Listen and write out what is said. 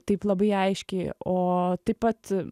taip labai aiškiai o taip pat